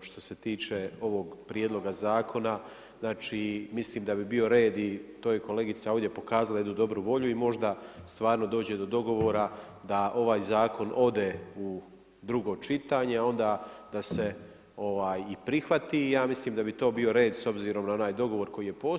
što se tiče ovoga prijedloga zakona, znači mislim da bi bio red, to je i kolegica ovdje pokazala jednu dobru volju i možda stvarno dođe do dogovora da ovaj zakon ode u drugo čitanje, onda da se i prihvati i ja mislim da bi to bio red s obzirom na onaj dogovor koji je postojao.